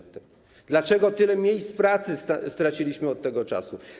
Dlaczego tyle miejsc pracy straciliśmy od tego czasu?